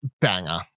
banger